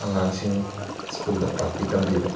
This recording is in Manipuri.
ꯑꯉꯥꯡꯁꯤꯡ ꯁ꯭ꯀꯨꯜꯗ ꯇꯥꯛꯄꯤ ꯇꯝꯕꯤꯕ